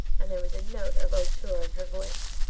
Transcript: and there was a note of hauteur in her voice.